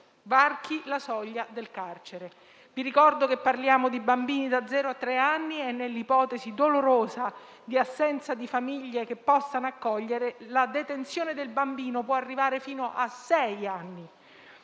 varchi la soglia del carcere. Ricordo che parliamo di bambini da zero a tre anni e, nell'ipotesi dolorosa di assenza di famiglie che possano accoglierli, la loro detenzione può arrivare fino a sei anni.